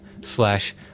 slash